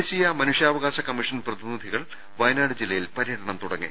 ദേശീയ മനുഷ്യാവകാശ കമ്മീഷൻ പ്രതിനിധികൾ വയനാട് ജില്ല യിൽ പര്യടനം തുടങ്ങി